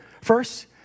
First